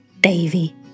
Davy